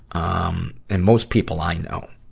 um, and most people i know.